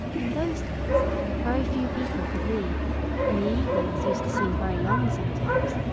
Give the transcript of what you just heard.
in those days very few people could read and the evenings used to seem very long sometimes,